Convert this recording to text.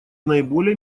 наиболее